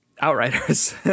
Outriders